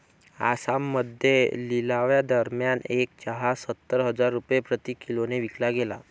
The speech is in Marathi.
आसाममध्ये लिलावादरम्यान एक चहा सत्तर हजार रुपये प्रति किलोने विकला गेला